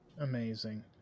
Amazing